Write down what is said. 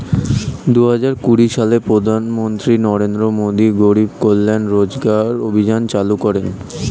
দুহাজার কুড়ি সালে প্রধানমন্ত্রী নরেন্দ্র মোদী গরিব কল্যাণ রোজগার অভিযান চালু করেন